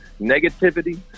negativity